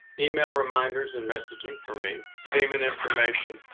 email reminders and messaging. for me, payment information,